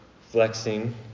flexing